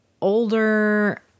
older